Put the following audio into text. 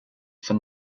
for